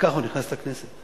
וכך הוא נכנס לכנסת.